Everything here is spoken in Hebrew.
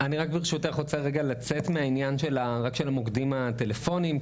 אני רק ברשותך רוצה רגע לצאת מהעניין של המוקדים הטלפוניים,